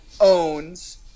owns